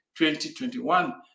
2021